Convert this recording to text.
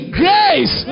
grace